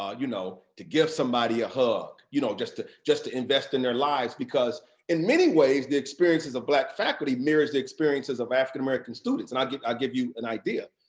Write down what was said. ah you know to give somebody a hug, you know just to just to invest in their lives. because in many ways, the experiences of black faculty mirrors the experiences of african-american students. and i'll give i'll give you an idea.